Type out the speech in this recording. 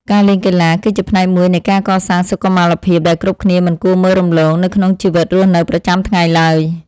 ការលេងកីឡា គឺជាផ្នែកមួយនៃការកសាងសុខុមាលភាពដែលគ្រប់គ្នាមិនគួរមើលរំលងនៅក្នុងជីវិតរស់នៅប្រចាំថ្ងៃឡើយ។